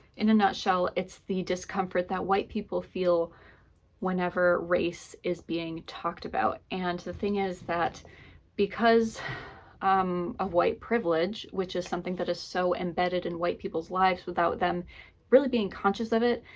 in a nutshell, it's the discomfort that white people feel whenever race is being talked about. and the thing is that because um of white privilege, which is something that is so embedded in white people's lives without them really being conscious of it,